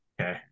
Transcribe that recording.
Okay